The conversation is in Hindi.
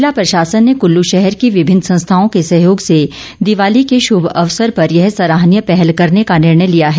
जिला प्रशासन ने कुल्लू शहर की विभिन्न संस्थाओं के सहयोग से दिवाली के शुभ अवसर पर यह सराहनीय पहल करने का निर्णय लिया है